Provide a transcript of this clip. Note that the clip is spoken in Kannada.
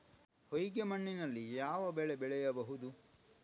ಹೊಯ್ಗೆ ಮಣ್ಣಿನಲ್ಲಿ ಯಾವ ಬೆಳೆ ಬೆಳೆಯಬಹುದು?